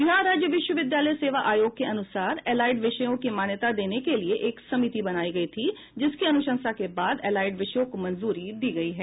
बिहार राज्य विश्वविद्यालय सेवा आयोग के अनुसार एलाइड विषयों की मान्यता देने के लिए एक समिति बनायी गयी थी जिसकी अनुशंसा के बाद एलाइड विषयों को मंजूरी दी गयी है